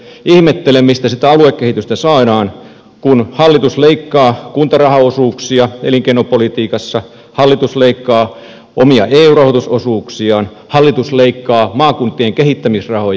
ihmettelen mistä sitä aluekehitystä saadaan kun hallitus leikkaa kuntarahaosuuksia elinkeinopolitiikassa hallitus leikkaa omia eu rahoitusosuuksiaan hallitus leikkaa maakuntien kehittämisrahoja